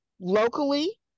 Locally